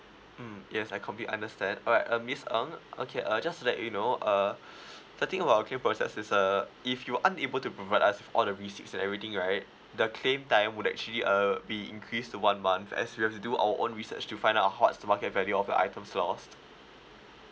mm yes I completely understand alright uh miss ng okay uh just to let you know uh the thing about the claim process is err if you unable to provide us with all the receipts and everything right the claim time would actually uh be increase to one month as we have to do our own research to find out what's the market value of the items lost